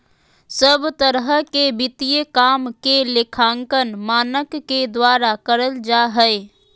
सब तरह के वित्तीय काम के लेखांकन मानक के द्वारा करल जा हय